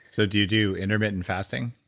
so do you do intermittent fasting?